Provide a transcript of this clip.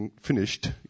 finished